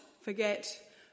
forget